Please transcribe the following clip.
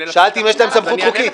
שאלתי אם יש להם סמכות חוקית.